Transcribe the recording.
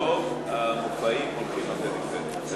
רוב המופעים הולכים לפריפריה.